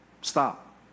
stop